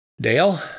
Dale